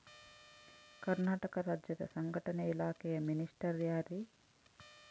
ಕರ್ನಾಟಕ ರಾಜ್ಯದ ಸಂಘಟನೆ ಇಲಾಖೆಯ ಮಿನಿಸ್ಟರ್ ಯಾರ್ರಿ?